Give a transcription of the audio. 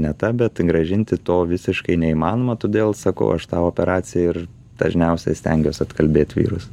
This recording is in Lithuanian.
ne ta bet grąžinti to visiškai neįmanoma todėl sakau aš tą operaciją ir dažniausiai stengiuos atkalbėt vyrus